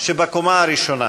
שבקומה הראשונה.